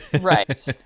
Right